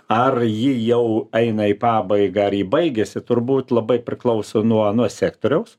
ar ji jau eina į pabaigą ar ji baigiasi turbūt labai priklauso nuo nuo sektoriaus